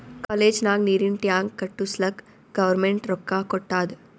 college ನಾಗ್ ನೀರಿಂದ್ tank ಕಟ್ಟುಸ್ಲಕ್ ಗೌರ್ಮೆಂಟ್ ರೊಕ್ಕಾ ಕೊಟ್ಟಾದ್